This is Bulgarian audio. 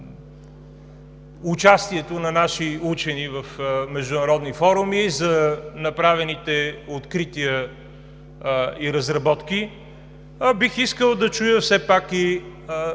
за участието на наши учени в международни форуми, за направените открития и разработки, а бих искал да чуя все пак и